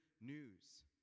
news